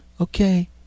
okay